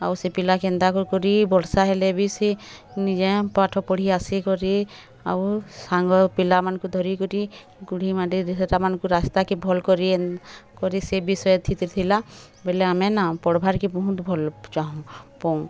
ଆଉ ସେ ପିଲା କେନ୍ତା କରି ବର୍ଷା ହେଲେ ବି ସେ ନିଜେ ପାଠପଢ଼ି ଆସିକରି ଆଉ ସାଙ୍ଗ ପିଲାମାନଙ୍କୁ ଧରିକରି ଗୁଡ଼ି ମାଟି ସେଟା ମାନଙ୍କୁ ରାସ୍ତାକେ ଭଲ୍ କରି କରି ସେ ବିଷୟଥି ଥିଲା ବୋଲେ ଆମେ ନା ପଢ଼ବାର୍ କେ ବହୁତ୍ ଭଲ୍ ଚାହୁଁ ପଉଁ